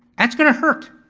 that's gonna hurt.